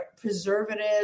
preservatives